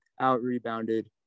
out-rebounded